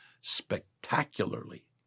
spectacularly